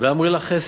מה זה מלח?